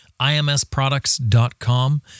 IMSproducts.com